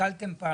שקלתם פעם